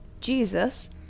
Jesus